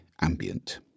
ambient